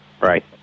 right